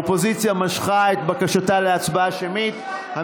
האופוזיציה משכה את בקשתה להצבעה שמית.